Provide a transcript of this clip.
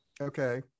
Okay